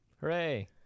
Hooray